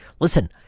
listen